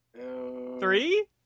Three